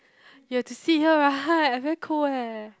you have to sit here right I very cold eh